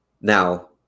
Now